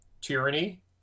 tyranny